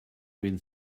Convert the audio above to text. when